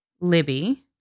Libby